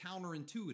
counterintuitive